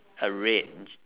a red je~